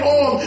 on